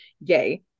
yay